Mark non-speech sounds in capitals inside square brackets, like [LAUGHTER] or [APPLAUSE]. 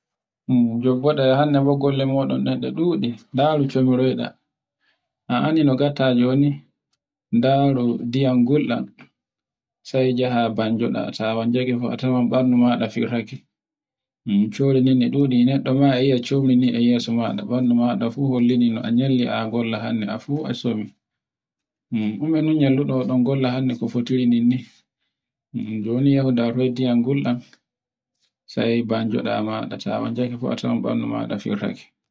[HESITATION] joggoɗe a anna golle mun ɗe ɗe ɗuɗi ndaru ko mbarayɗa. A anndi no ngatta joni, ndaru ndiyam gulɗam sai jaha banjo ɗa, ta bannjake fu a tawai ɓandu maɗa firnaake. [HESITATION] Chouri ndin di [HESITATION] ɗi ɗuɗi neɗɗ ma a yia chouri ndin, ɓandu maɗa hollini a nyalli a golla hannde afu a somi. Ɗume ne nyallu ndon ɗun golle hannde no fotirnde fotiri ninni. Joni yehu ndaru ndiyam gulɗan sai banjoɗa maɗa, ta banjaake fu a tawai ɓandu maɗa firtaake.